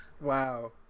Wow